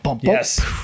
Yes